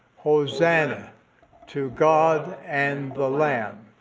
hosanna to god and the lamb.